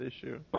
issue